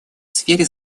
сфере